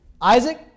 Isaac